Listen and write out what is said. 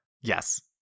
Yes